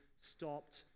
stopped